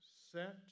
set